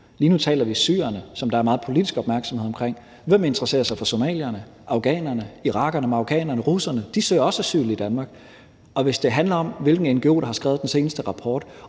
Lige nu taler vi om syrerne, som der er meget politisk opmærksomhed omkring. Hvem interesserer sig for somalierne, afghanerne, irakerne, marokkanerne, russerne? De søger også asyl i Danmark. Og hvis det handler om, hvilken ngo'er der har skrevet den seneste rapport,